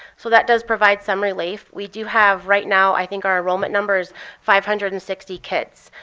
so that does provide some relief. we do have right now, i think our enrollment number is five hundred and sixty kids.